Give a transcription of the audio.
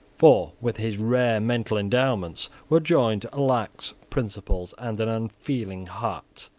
for with his rare mental endowments were joined lax principles and an unfeeling heart.